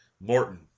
Morton